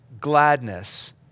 gladness